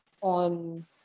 on